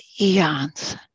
eons